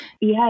Yes